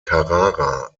carrara